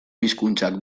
hizkuntzak